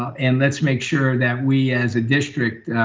and let's make sure that we as a district